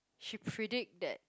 she predict that